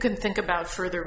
can think about further